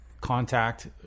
contact